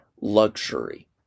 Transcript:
luxury